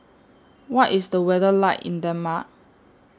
What IS The weather like in Denmark